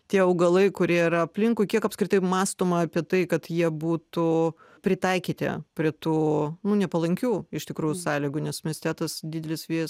tie augalai kurie yra aplinkui kiek apskritai mąstoma apie tai kad jie būtų pritaikyti prie tų nu nepalankių iš tikrųjų sąlygų nes mieste tas didelis vėjas